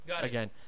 again